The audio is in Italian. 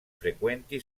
frequenti